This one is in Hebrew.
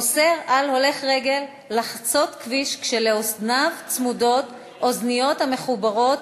אוסר על הולך רגל לחצות כביש "כשלאוזניו צמודות אוזניות המחוברות,